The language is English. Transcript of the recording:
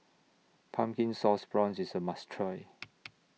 Pumpkin Sauce Prawns IS A must Try